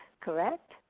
correct